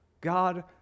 God